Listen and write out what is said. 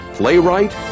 playwright